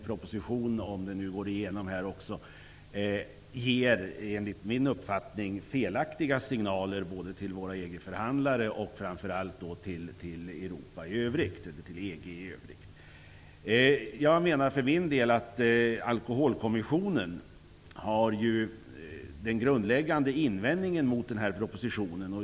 Propositionen ger enligt min uppfattning felaktiga signaler till våra EG-förhandlare och framför allt till EG i övrigt. Alkoholpolitiska kommissionen har en väsentlig invändning mot propositionen.